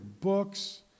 books